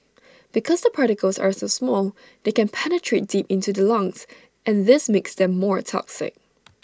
because the particles are so small they can penetrate deep into the lungs and this makes them more toxic